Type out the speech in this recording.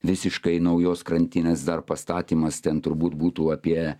visiškai naujos krantinės dar pastatymas ten turbūt būtų apie